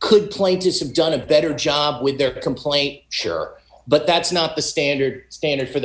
could plaintiffs have done a better job with their complaint sure but that's not the standard standard for